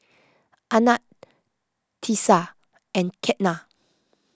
Anand Teesta and Ketna